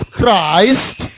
Christ